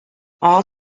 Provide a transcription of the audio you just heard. all